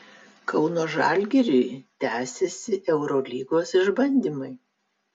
kauno žalgiriui tęsiasi eurolygos išbandymai